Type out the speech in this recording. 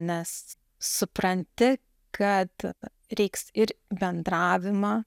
nes supranti kad reiks ir bendravimą